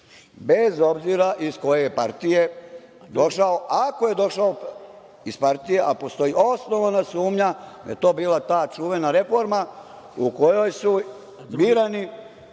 Bez obzira iz koje je partije došao, ako je došao iz partije, a postoji osnovana sumnja da je to bila ta čuvena reforma u kojoj su birani